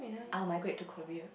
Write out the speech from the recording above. I will migrate to Korea